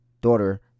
daughter